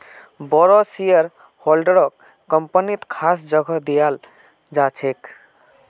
बोरो शेयरहोल्डरक कम्पनीत खास जगह दयाल जा छेक